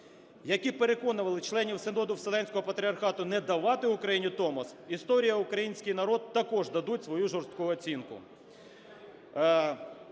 які переконували членів Синоду Вселенського Патріархату не давати Україні Томос, історія, український народ також дадуть свою жорстку оцінку.